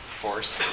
force